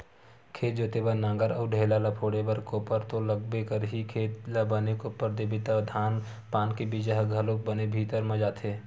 खेत जोते बर नांगर अउ ढ़ेला ल फोरे बर कोपर तो लागबे करही, खेत ल बने कोपर देबे त धान पान के बीजा ह घलोक बने भीतरी म जाथे